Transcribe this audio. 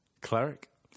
cleric